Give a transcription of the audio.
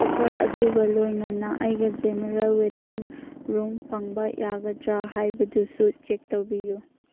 offer ꯑꯗꯨꯒ ꯂꯣꯏꯅꯅ ꯑꯩꯒ ꯖꯦꯅꯔꯦꯜ ꯋꯦꯠꯇꯤꯡ ꯔꯨꯝ ꯐꯪꯕ ꯌꯥꯒꯗ꯭ꯔꯥ ꯍꯥꯏꯕꯗꯨꯁꯨ ꯆꯦꯛ ꯇꯧꯕꯤꯌꯨ